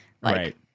Right